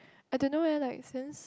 I don't know eh like since